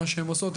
מה שהן עושות,